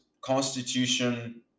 constitution